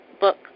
Book